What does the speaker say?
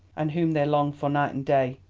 and whom they long for night and day.